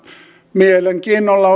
mielenkiinnolla